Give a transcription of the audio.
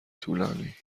طولانی